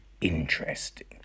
Interesting